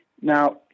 Now